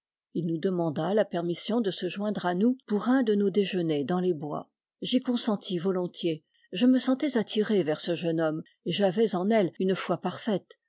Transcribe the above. il nous demanda la permission de se joindre à nous pour un de nos déjeuners dans les bois j'y consentis volontiers je me sentais attiré vers ce jeune homme et j'avais en elle une foi parfaite